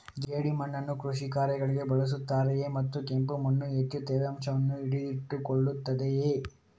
ಜೇಡಿಮಣ್ಣನ್ನು ಕೃಷಿ ಕಾರ್ಯಗಳಿಗೆ ಬಳಸುತ್ತಾರೆಯೇ ಮತ್ತು ಕೆಂಪು ಮಣ್ಣು ಹೆಚ್ಚು ತೇವಾಂಶವನ್ನು ಹಿಡಿದಿಟ್ಟುಕೊಳ್ಳುತ್ತದೆಯೇ?